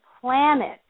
planet